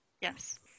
Yes